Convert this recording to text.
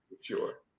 sure